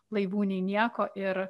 laivų nei nieko ir